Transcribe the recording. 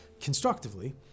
constructively